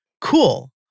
cool